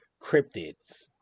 cryptids